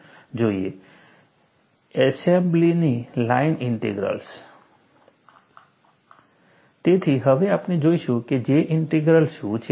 Eshelby's line Integrals એશેલ્બીની line integrals તેથી હવે આપણે જોઈશું કે J ઇન્ટિગ્રલ શું છે